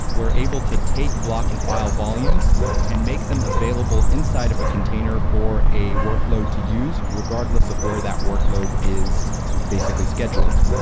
we're able to take block and file volumes and make them available inside of a container for a workload to use regardless of where that workload is basically scheduled.